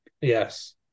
Yes